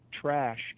trash